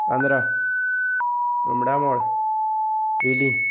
चांद्रा रुमडामोळ वेली